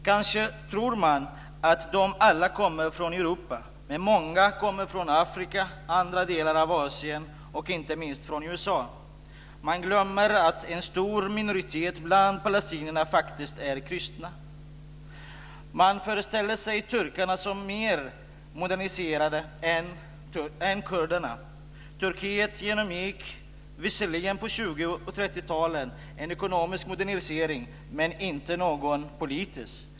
Kanske tror man att de alla kommer från Europa, men många kommer från Afrika, från andra delar av Asien och inte minst från USA. Man glömmer att en stor minoritet bland palestinierna faktiskt är kristen. Man föreställer sig turkarna som mer moderniserade än kurderna. Turkiet genomgick visserligen på 20 och 30-talen en ekonomisk modernisering men inte någon politisk.